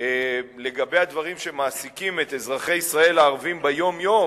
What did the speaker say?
לגבי הדברים שמעסיקים את אזרחי ישראל הערבים ביום-יום,